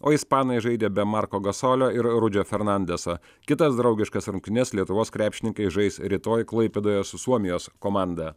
o ispanai žaidė be marko gasolio ir rudžio fernandeso kitas draugiškas rungtynes lietuvos krepšininkai žais rytoj klaipėdoje su suomijos komanda